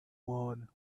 ward